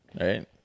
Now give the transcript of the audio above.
right